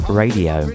radio